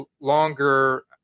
longer